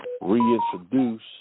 reintroduce